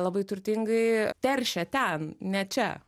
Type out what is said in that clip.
labai turtingai teršia ten ne čia